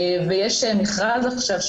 ויש מכרז עכשיו,